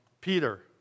Peter